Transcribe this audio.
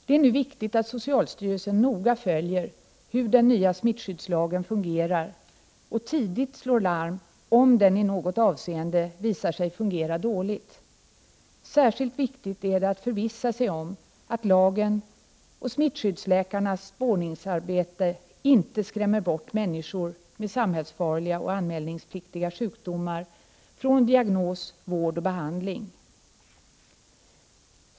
Det är nu viktigt att socialstyrelsen noga följer hur den nya smittskyddslagen fungerar och tidigt slår larm, om den i något avseende visar sig fungera dåligt. Särskilt viktigt är det att förvissa sig om att lagen och smittskyddsläkarnas spårningsarbete inte skrämmer bort människor med samhällsfarliga och anmälningspliktiga sjukdomar från diagnos, vård och behandling.